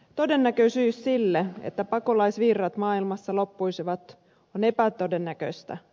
todennäköisyys sille että pakolaisvirrat maailmassa loppuisivat on epätodennäköistä